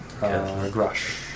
Grush